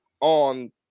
on